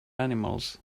animals